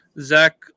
Zach